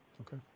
Okay